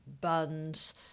buns